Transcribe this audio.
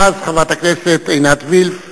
ואז חברת הכנסת עינת וילף